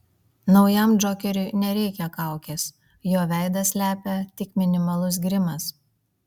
naujam džokeriui nereikia kaukės jo veidą slepia tik minimalus grimas